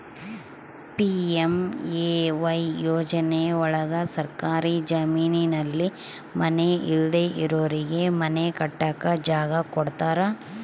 PMAY ಯೋಜನೆ ಒಳಗ ಸರ್ಕಾರಿ ಜಮೀನಲ್ಲಿ ಮನೆ ಇಲ್ದೆ ಇರೋರಿಗೆ ಮನೆ ಕಟ್ಟಕ್ ಜಾಗ ಕೊಡ್ತಾರ